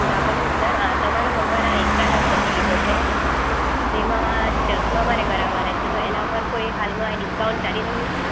good afternoon sir તમારો number આ Instagram ઉપરથી લીધો છે જેમાં ચશ્માં મારે કરાવવાના છે તો એના પર કોઈ હાલમાં ડિસ્કાઉન્ટ ચાલી રહ્યું છે